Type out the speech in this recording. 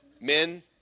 Men